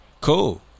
Cool